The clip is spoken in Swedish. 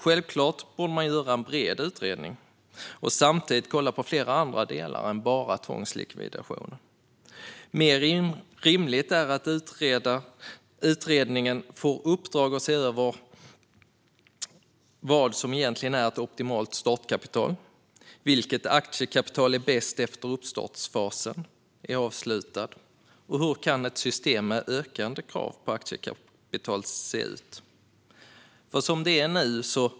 Självklart borde man göra en bred utredning och samtidigt kolla på flera andra delar än bara tvångslikvidationen. Mer rimligt är att utredningen får i uppdrag att se över vad som egentligen är ett optimalt startkapital, vilket aktiekapital som är bäst efter att uppstartsfasen är avslutad och hur ett system med ökande krav på aktiekapital kan se ut.